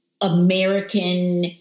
American